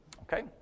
okay